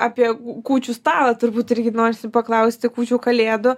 apie kūčių stalą turbūt irgi norisi paklausti kūčių kalėdų